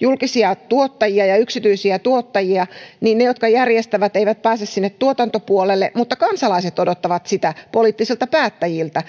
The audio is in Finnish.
julkisia tuottajia ja yksityisiä tuottajia niin ne jotka järjestävät eivät pääse sinne tuotantopuolelle mutta kansalaiset odottavat poliittisilta päättäjiltä